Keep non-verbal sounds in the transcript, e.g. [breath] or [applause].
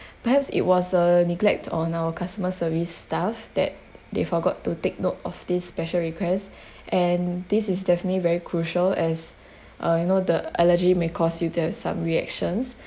perhaps it was a neglect on our customer service staff that they forgot to take note of this special request [breath] and this is definitely very crucial as uh you know the allergy may cause you to have some reactions